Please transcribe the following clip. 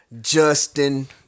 Justin